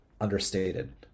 understated